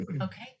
Okay